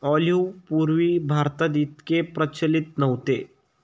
olive पूर्वी भारतात इतके प्रचलित नव्हते